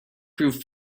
prove